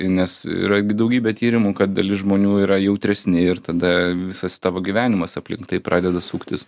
nes yra daugybė tyrimų kad dalis žmonių yra jautresni ir tada visas tavo gyvenimas aplink taip pradeda suktis